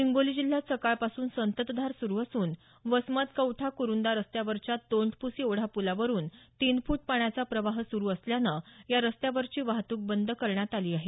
हिंगोली जिल्ह्यात सकाळपासून संततधार सुरु असून वसमत कौठा करुंदा रस्त्यावरच्या तोंडप्सी ओढा प्लावरुन तीन फुट पाण्याचा प्रवाह सुरु असल्यानं या रस्त्यावरची वाहतूक बंद करण्यात आली आहे